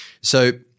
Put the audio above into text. So-